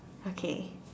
okay